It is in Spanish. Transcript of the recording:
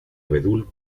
abedul